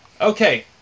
Okay